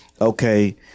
Okay